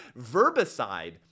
Verbicide